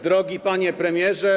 Drogi Panie Premierze!